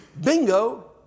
Bingo